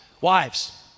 wives